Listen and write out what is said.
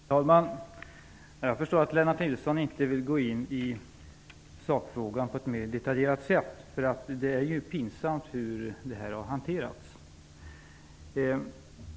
Herr talman! Jag förstår att Lennart Nilsson inte vill gå in i sakfrågan på ett mer detaljerat sätt. Det är ju pinsamt hur det här har hanterats.